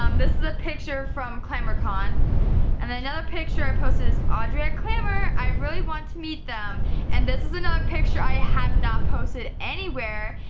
um this is a picture from clamourcon and then another picture i posted is audrey at clamour. i really want meet them and this is another picture i have not posted anywhere,